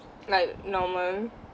like normal